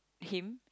him